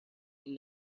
این